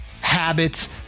habits